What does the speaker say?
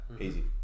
easy